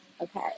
Okay